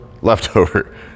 Leftover